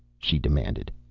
she demanded.